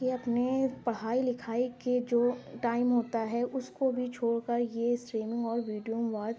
یہ اپنے پڑھائی لکھائی کے جو ٹائم ہوتا ہے اُس کو بھی چھوڑ کر یہ اسٹریمنگ اور ویڈیو مواد